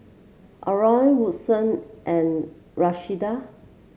Adron Woodson and Rashida